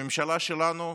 הממשלה שלנו,